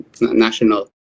national